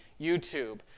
YouTube